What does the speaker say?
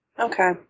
Okay